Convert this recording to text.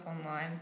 online